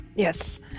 Yes